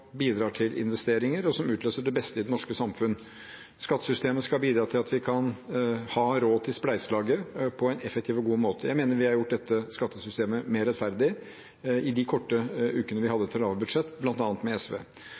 bidrar til investeringer, og som utløser det beste i det norske samfunn. Systemet skal bidra til at vi kan ha råd til spleiselaget på en effektiv og god måte. Jeg mener vi har gjort dette skattesystemet mer rettferdig i de korte ukene vi hadde til å lage budsjett, bl.a. med SV.